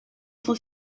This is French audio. sont